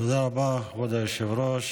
תודה רבה, כבוד היושב-ראש.